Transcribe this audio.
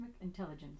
intelligence